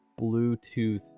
Bluetooth